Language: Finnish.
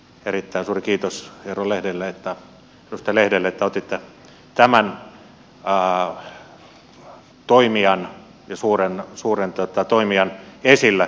erittäin suuri kiitos edustaja lehdelle että otitte tämän suuren toimijan esille